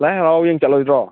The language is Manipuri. ꯂꯥꯏ ꯍꯔꯥꯎ ꯌꯦꯡꯕ ꯆꯠꯂꯣꯏꯗ꯭ꯔꯣ